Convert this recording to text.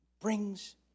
brings